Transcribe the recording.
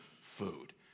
food